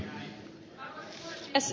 arvoisa puhemies